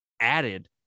added